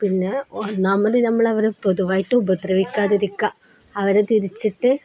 പിന്നെ ഒന്നാമത് നമ്മളവരെ പൊതുവായിട്ട് ഉപദ്രവിക്കാതിരിക്കുക അവരെ തിരിച്ചിട്ട്